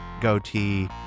goatee